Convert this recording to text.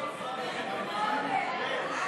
רוברט, אנחנו